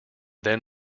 then